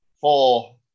four